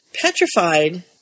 petrified